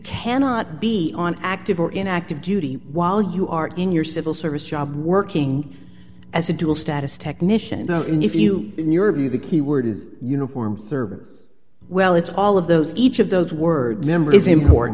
cannot be on active or in active duty while you are in your civil service job working as a dual status technician in if you in your view the key word is uniform service well it's all of those each of those words member is important